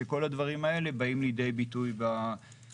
שכל הדברים האלה באים לידי ביטוי במדיניות.